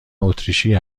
اتریشی